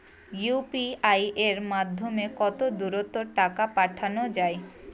UPI এর মাধ্যমে কত দ্রুত টাকা পাঠানো যায়?